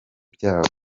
byabo